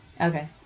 okay